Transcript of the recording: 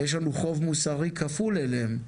ויש לנו חוב מוסרי כפול אליהם.